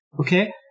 Okay